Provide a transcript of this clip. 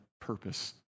purpose